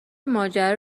ماجرا